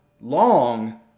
long